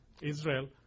Israel